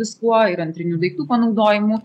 viskuo ir antrinių daiktų panaudojimu